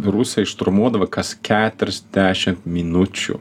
rusai šturmuodavo kas keturiasdešim minučių